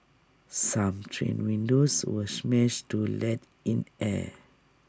some train windows were smashed to let in air